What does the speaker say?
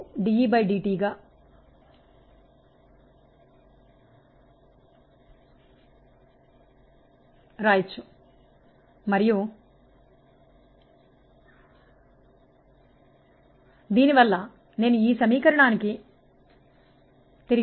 dWdt B220dV 120E2dV dV 10